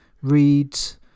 reads